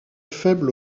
faible